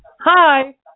Hi